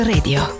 Radio